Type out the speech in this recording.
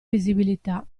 visibilità